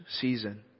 season